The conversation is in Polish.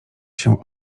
się